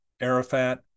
Arafat